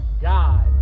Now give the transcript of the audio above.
God